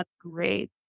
great